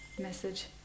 message